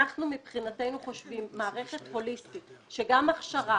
אנחנו מבחינתנו חושבים שמערכת הוליסטית של גם הכשרה,